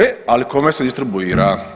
E ali kome se distribuira?